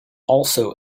also